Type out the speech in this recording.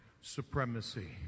supremacy